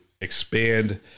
expand